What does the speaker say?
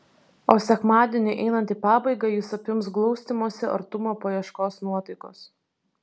o sekmadieniui einant į pabaigą jus apims glaustymosi artumo paieškos nuotaikos